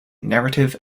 narrative